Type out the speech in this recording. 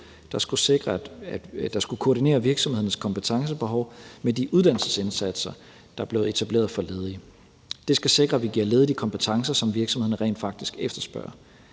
der skulle koordinere virksomhedernes kompetencebehov med de uddannelsesindsatser, der er blevet etableret for ledige. Det skal sikre, at vi giver ledige de kompetencer, som virksomhederne rent faktisk efterspørger.